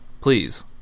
Please